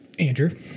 Andrew